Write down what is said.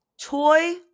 toy